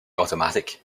automatic